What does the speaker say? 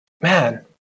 man